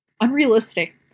unrealistic